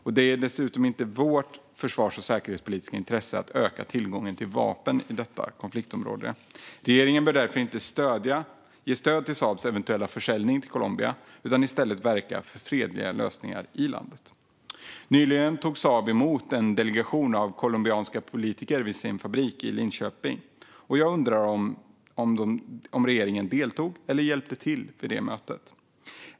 Det ligger dessutom inte i vårt försvars eller säkerhetspolitiska intresse att öka tillgången till vapen i detta konfliktområde. Regeringen bör därför inte ge stöd till Saabs eventuella försäljning till Colombia utan i stället verka för fredliga lösningar i landet. Nyligen tog Saab emot en delegation av colombianska politiker vid sin fabrik i Linköping. Deltog eller hjälpte regeringen till vid det mötet?